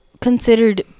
considered